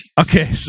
Okay